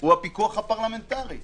הפיקוח הפרלמנטרי.